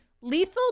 lethal